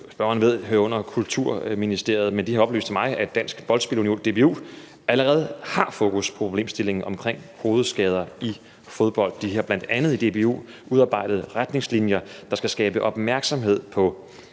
spørgeren ved, hører under Kulturministeriet. Kulturministeriet har oplyst til mig, at Dansk Boldspil-Union, DBU, allerede har fokus på problemstillingen omkring hovedskader i fodbold. DBU har bl.a. udarbejdet retningslinjer, der skal skabe opmærksomhed på